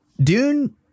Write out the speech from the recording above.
dune